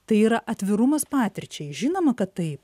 tai yra atvirumas patirčiai žinoma kad taip